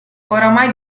oramai